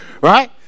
Right